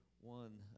one